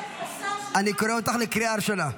אני קורא אותך קריאה ראשונה.